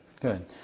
good